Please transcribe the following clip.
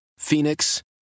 Phoenix